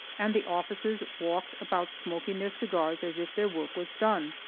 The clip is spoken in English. and the officers walked about smoking their cigars as if their work was done.